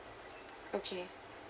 okay